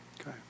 Okay